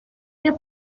que